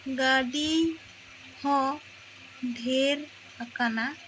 ᱜᱟᱹᱰᱤ ᱦᱚᱸ ᱰᱷᱮᱨ ᱟᱠᱟᱱᱟ